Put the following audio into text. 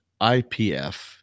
IPF